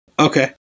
Okay